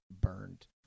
burned